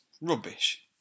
Rubbish